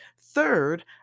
Third